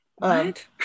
Right